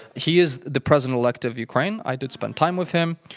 he is the president-elect of ukraine. i did spend time with him.